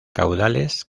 caudales